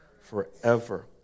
Forever